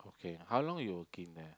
okay how long you working there